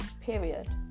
period